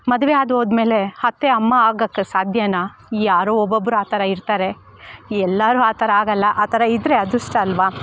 ಮದುವೆ ಆದ ಹೋದ್ಮೇಲೆ ಅತ್ತೆ ಅಮ್ಮ ಆಗೋಕ್ಕೆ ಸಾಧ್ಯವಾ ಯಾರೋ ಒಬ್ಬೊಬ್ರು ಆ ಥರ ಇರ್ತಾರೆ ಎಲ್ಲರು ಆ ಥರ ಆಗೋಲ್ಲ ಆ ಥರ ಇದ್ದರೆ ಅದೃಷ್ಟ ಅಲ್ವ